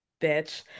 Bitch